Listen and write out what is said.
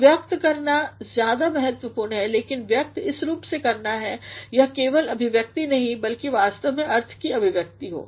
तो व्यक्त करना ज्यादा महत्वपूर्ण है लेकिन व्यक्त इस रूप से करना है कि वह केवल अभिव्यक्ति नहीं बल्कि वास्तव में अर्थ की अभिव्यक्ति है